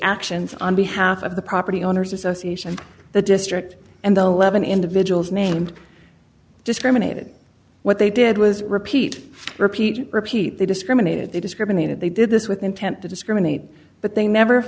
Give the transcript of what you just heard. actions on behalf of the property owners association of the district and the eleven individuals named discriminated what they did was repeat repeat repeat they discriminated they discriminated they did this with intent to discriminate but they never